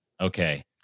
Okay